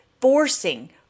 forcing